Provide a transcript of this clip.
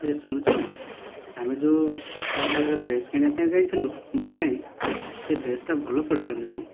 ଏ ଶୁଣୁଛୁ ଆମେ ଯେଉଁ ସପ୍ତାହଟେ ତଳେ ଯେଉଁ ଡ୍ରେସ କିଣିବାକୁ ଯାଇଥିଲୁ ମୋ ପାଇଁ ସେ ଡ୍ରେସଟା ଭଲ ପଡ଼ିଲା ନାହିଁ